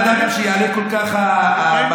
לא ידעתם שיעלה כל כך המדד,